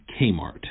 Kmart